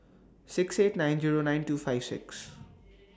six eight nine Zero nine two five six